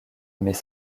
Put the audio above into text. mais